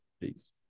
Peace